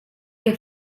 que